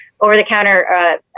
over-the-counter